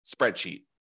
spreadsheet